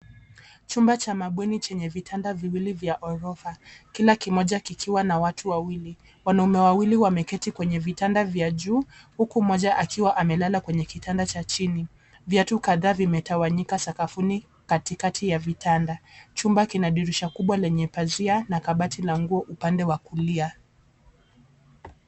Chumba cha mabweni chenye vitanda viwili vya ghorofa, kila kimoja kikiwa na watu wawili .Wanaume wawili wameketi kwenye vitanda vya juu huku mmoja akiwa amelala kwenye kitanda cha chini. Viatu kadhaa vimetawanyika sakafuni katikati ya vitanda. Chumba kina dirisha kubwa lenye pazia na kabati la nguo upande wa kulia.